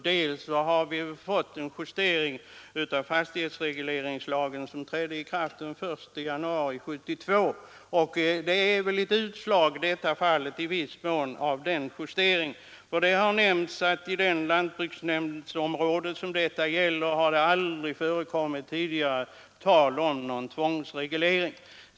Dels har vi fått en justering av fastighetsregleringslagen med ikraftträdande den 1 januari 1972, och detta är väl i viss mån ett utslag av denna justering; i det lantbruksnämndsområde det gäller har det aldrig tidigare varit tal om någon tvångsreglering.